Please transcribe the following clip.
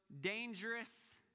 dangerous